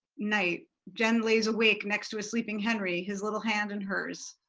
night, jen lays awake next to a sleeping henry, his little hand in hers.